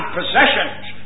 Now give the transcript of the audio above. possessions